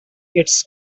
its